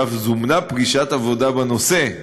ואף זומנה פגישת עבודה בנושא.